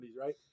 right